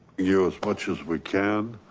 you, as much as we can,